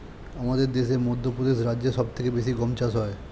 আমাদের দেশে মধ্যপ্রদেশ রাজ্যে সব থেকে বেশি গম চাষ হয়